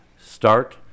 start